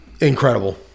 incredible